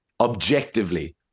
Objectively